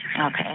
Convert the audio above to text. Okay